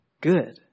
good